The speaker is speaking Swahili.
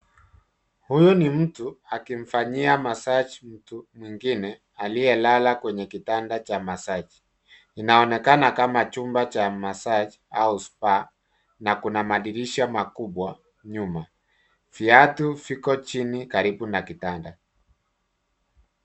Huyu ni mtu akimfanyia masagi mtu mwingine aliyelala kwenye kitanda cha masagi. Inaonekana kama chumba cha masagi au Spa na kuna madirisha makubwa nyuma . Viatu viko chini karibu na kitanda.